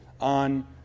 on